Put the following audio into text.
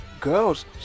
Girls